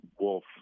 Wolf